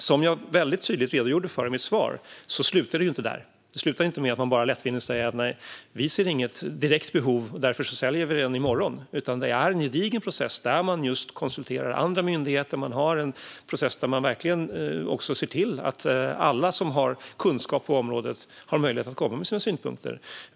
Som jag väldigt tydligt redogjorde för i mitt interpellationssvar slutar det inte med att man lättvindigt säger: Vi ser inget direkt behov, så därför säljer vi den i morgon. Det handlar i stället om en gedigen process i vilken man konsulterar andra myndigheter. I processen ser man verkligen till att alla som har kunskap på området har möjlighet att komma med synpunkter.